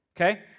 Okay